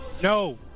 No